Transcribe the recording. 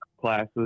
classes